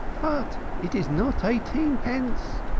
but it is not eighteenpence!